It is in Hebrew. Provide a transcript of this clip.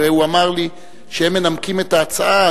והוא אמר לי שהם מנמקים את ההצעה.